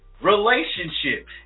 Relationship